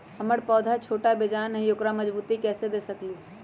हमर पौधा छोटा बेजान हई उकरा मजबूती कैसे दे सकली ह?